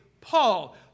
Paul